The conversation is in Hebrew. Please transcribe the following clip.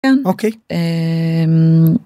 אוקיי.